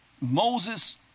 Moses